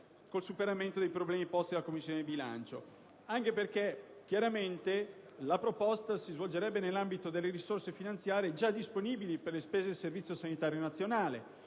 il superamento dei problemi posti dalla stessa Commissione bilancio. Ciò anche perché è chiaro che la proposta si svolgerebbe nell'ambito delle risorse finanziarie già disponibili per le spese del Servizio sanitario nazionale.